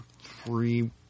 free